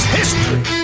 history